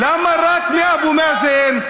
למה רק מאבו מאזן?